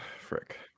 Frick